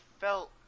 felt